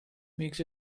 makes